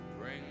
bring